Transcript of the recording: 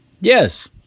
Yes